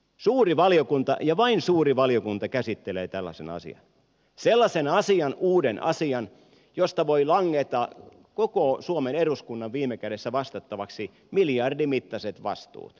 suuri valiokunta ja vain suuri valiokunta käsittelee tällaisen asian sellaisen asian uuden asian josta voi langeta viime kädessä koko suomen eduskunnan vastattavaksi miljardimittaiset vastuut